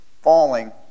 falling